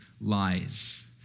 lies